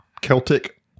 Celtic